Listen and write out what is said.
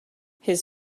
his